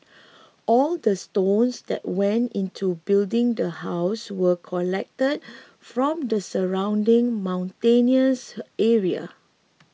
all the stones that went into building the house were collected from the surrounding mountainous area